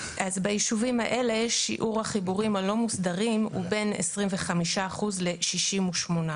אז ביישובים האלה שיעור החיבורים הלא מוסדרים הוא בין 25% ל-68%.